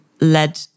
led